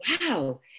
wow